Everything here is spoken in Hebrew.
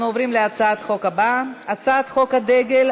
אנחנו עוברים להצעת החוק הבאה: הצעת חוק הדגל,